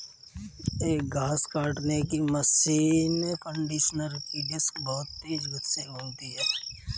एक घास काटने की मशीन कंडीशनर की डिस्क बहुत तेज गति से घूमती है